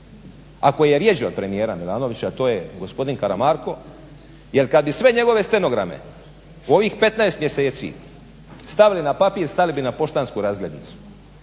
koji je rjeđi od premijera gospodina Milanovića a to je gospodin Karamarko jer kad bi sve njegove stenograme u ovih 15 mjeseci stavili na papir stali bi na poštansku razglednicu.